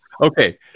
Okay